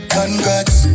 Congrats